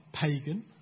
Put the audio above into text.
pagan